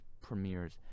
premieres